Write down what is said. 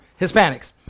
Hispanics